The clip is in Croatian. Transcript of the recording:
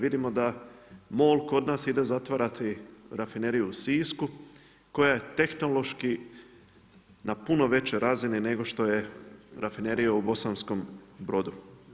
Vidimo da MOL kod nas ide zatvarati rafineriju u Sisku koja je tehnološki na puno većoj razini nego što je rafinerija u Bosanskom Brodu.